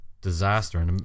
disaster